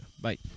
Bye